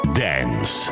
dance